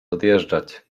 odjeżdżać